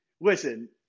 listen